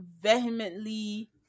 vehemently